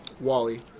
Wally